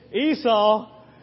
Esau